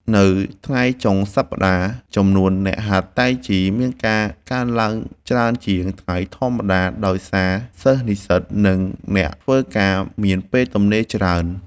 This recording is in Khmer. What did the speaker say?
នៅថ្ងៃចុងសប្ដាហ៍ ចំនួនអ្នកហាត់តៃជីមានការកើនឡើងច្រើនជាងថ្ងៃធម្មតា ដោយសារសិស្សនិស្សិត និងអ្នកធ្វើការមានពេលទំនេរច្រើន។